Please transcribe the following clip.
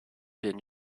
been